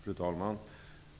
Fru talman!